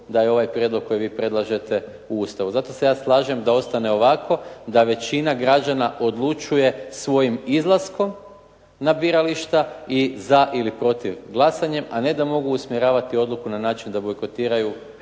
da je ovaj prijedlog koji vi predlažete u Ustavu. Zato se ja slažem da ostane ovako, da većina građana odlučuje svojim izlaskom na birališta i za ili protiv glasanjem, a ne da mogu usmjeravati odluku na način da bojkotiraju